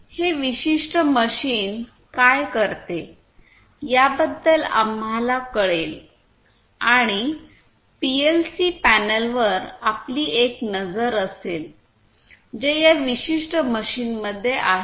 हे विशिष्ट मशीन काय करते याबद्दल आम्हाला कळेल आणि पीएलसी पॅनेलवर आपली एक नजर असेल जे या विशिष्ट मशीनमध्ये आहे